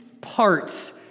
parts